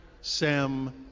Sam